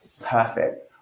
Perfect